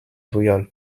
real